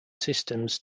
systems